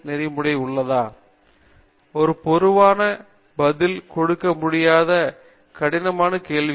பேராசிரியர் ரவீந்திர கெட்டூ ஒரு பொதுவான பதில் கொடுக்க முடியாத கடினமான கேள்வி இது